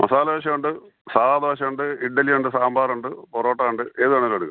മസാലദോശ ഉണ്ട് സാധാ ദോശ ഉണ്ട് ഇഡ്ഡലി ഉണ്ട് സാമ്പാറുണ്ട് പൊറോട്ട ഉണ്ട് ഏത് വേണമെങ്കിലും എടുക്കാം